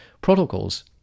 protocols